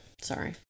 Sorry